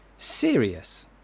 Serious